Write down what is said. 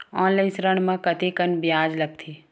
Online ऋण म कतेकन ब्याज लगथे?